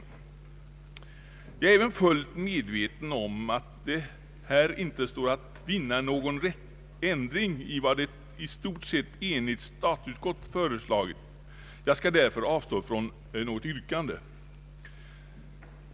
Jag är även fullt medveten om att här inte står att vinna någon ändring i vad ett i stort sett enigt statsutskott föreslagit. Jag skall därför avstå från något yrkande.